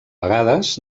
vegades